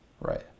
right